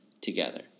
together